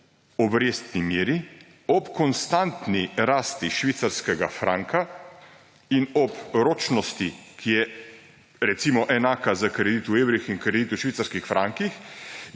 obrestni meri ob konstantni rasti švicarskega franka in ob ročnosti, ki je, recimo, enaka za kredit v evrih in kredit v švicarskih frankih,